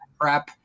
prep